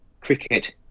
cricket